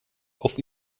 auf